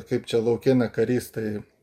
kaip čia lauke ne karys tai